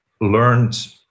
learned